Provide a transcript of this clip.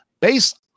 based